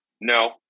No